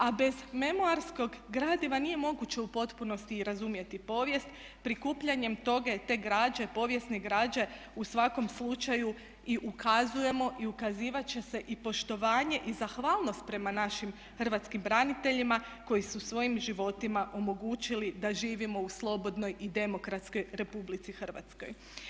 A bez memoarskog gradiva nije moguće u potpunosti i razumjeti povijest, prikupljanjem toga i te građe, povijesne građe u svakom slučaju i ukazujemo i ukazivati će se i poštovanje i zahvalnost prema našim hrvatskim braniteljima koji su svojim životima omogućili da živimo u slobodnoj i demokratskoj Republici Hrvatskoj.